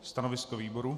Stanovisko výboru?